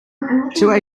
asian